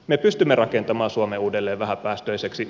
me pystymme rakentamaan suomen uudelleen vähäpäästöiseksi